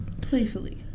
Playfully